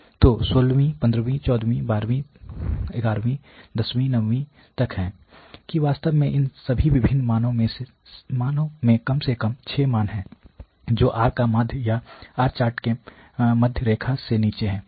तो 16 वीं 15 वीं 14 वीं 13 वीं 12 वीं 11 वीं 10 वीं 9 वीं तक हैं कि वास्तव में इन सभी विभिन्न मानो में कम से कम 6 मान हैं जो R का माध्य या R चार्ट के मध्य रेखा के नीचे में है